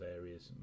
areas